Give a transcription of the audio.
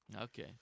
Okay